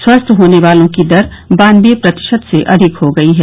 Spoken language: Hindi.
स्वस्थ होने वालों की दर बानवे प्रतिशत से अधिक हो गई है